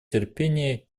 терпение